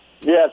Yes